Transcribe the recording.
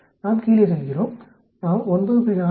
நாம் கீழே செல்கிறோம் நாம் 9